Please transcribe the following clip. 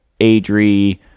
Adri